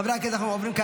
חברי הכנסת אנחנו עוברים,